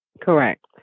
Correct